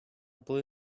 blue